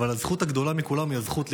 אבל הזכות הגדולה מכולן היא הזכות לחיות.